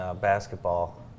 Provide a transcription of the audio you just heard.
basketball